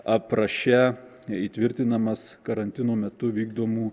apraše įtvirtinamas karantino metu vykdomų